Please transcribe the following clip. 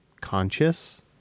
conscious